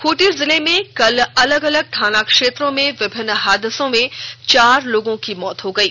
खूंटी जिले में कल अलग अलग थाना क्षेत्रों में विभिन्न हादसों में चार लोगों की मौत हो गयी